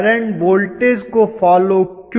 current voltage को follow क्यों नहीं कर रहा है